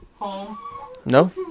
no